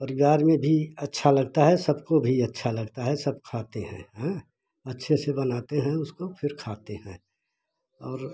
परिवार में भी अच्छा लगता है सबको भी अच्छा लगता है सब खाते हैं अच्छे से बनाते हैं उसको फिर खाते हैं और